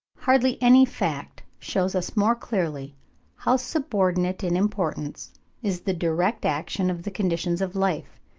hardly any fact shews us more clearly how subordinate in importance is the direct action of the conditions of life,